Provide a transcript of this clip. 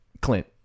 Clint